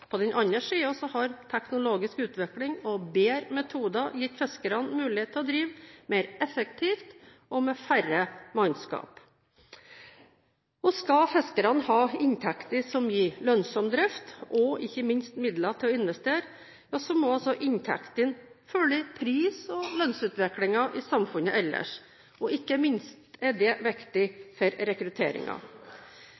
På den annen side har teknologisk utvikling og bedre metoder gitt fiskerne mulighet til å drive mer effektivt og med færre mannskap. Skal fiskerne ha inntekter som gir lønnsom drift, og ikke minst midler til å investere, må inntektene følge pris- og lønnsutviklingen i samfunnet ellers. Dette er viktig for rekrutteringen. I sjømatmeldingen åpner vi for at fiskerne kan samle flere fiskekvoter på én båt. Det